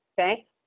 okay